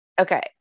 Okay